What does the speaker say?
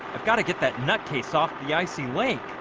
i've got to get that nutcase off the icy lake